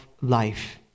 life